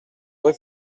rue